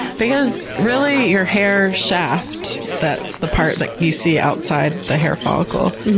because really your hair shaft, that's the part that you see outside the hair follicle,